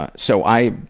ah so i,